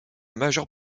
majeure